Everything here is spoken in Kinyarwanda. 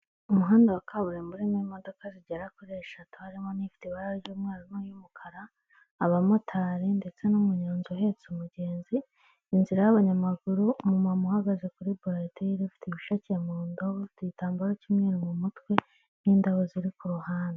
Umuhanda wa kaburimbo urimo imodoka zigera kuri eshatu, harimo n'ifite ibara ry'umukara, abamotari ndetse n'umunyonzi uhetse umugenzi inzira y'abanyamaguru uhagaze kuri borodire ufite ibisheke mundobo, n'igitambaro kimwe mu mutwe n'indabo ziri ku ruhande.